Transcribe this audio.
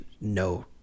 No